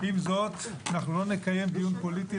עם זאת, אנחנו לחלוטין לא נקיים דיון פוליטי.